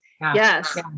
Yes